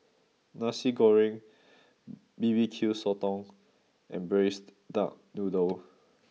Nasi Goreng B B Q Sotong and Braised Duck Noodle